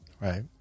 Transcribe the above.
Right